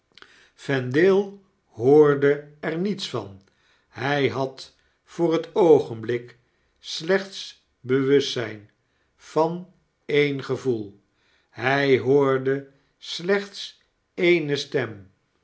vendale hoorde er niets van hy had voor het oogenblik slechts bewustzijn van een gegevoel hij hoorde slechts ee'ne stem